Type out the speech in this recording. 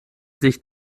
sich